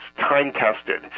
time-tested